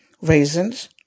Raisins